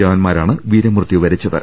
ജവാന്മാരാണ് വീരമൃത്യുവ രിച്ചത്